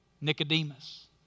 Nicodemus